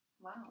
Wow